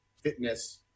fitness